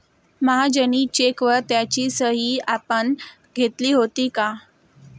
महाजनी चेकवर त्याची सही आपण घेतली होती का?